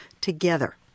together